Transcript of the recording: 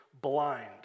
blind